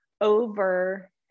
over